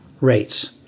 rates